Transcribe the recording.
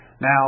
Now